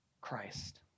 Christ